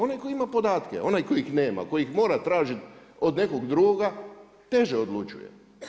Onaj tko ima podatke, onaj tko ih nema, tko ih mora tražiti od nekog drugoga teže odlučuje.